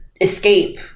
escape